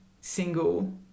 single